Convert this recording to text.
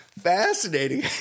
Fascinating